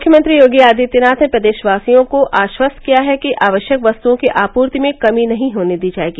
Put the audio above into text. मुख्यमंत्री योगी आदित्यनाथ ने प्रदेशवासियों को आश्वस्त किया है कि आवश्यक वस्तुओं की आपूर्ति में कमी नहीं होने दी जाएगी